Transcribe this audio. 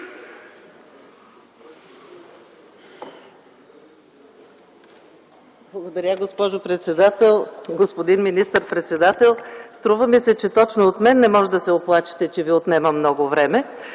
Благодаря, госпожо председател. Господин министър-председател, струва ми се, че точно от мен не можете да се оплачете, че Ви отнемам много време.